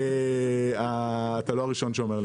ברשותך.